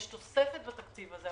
יש תוספת בתקציב הזה,